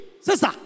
Sister